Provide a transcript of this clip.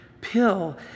pill